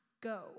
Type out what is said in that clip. Go